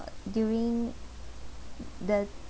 during the